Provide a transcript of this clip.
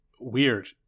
weird